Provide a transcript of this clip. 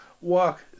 Walk